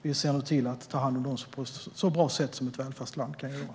Vi ser nu till att ta hand om dem på ett så bra sätt som ett välfärdsland kan göra.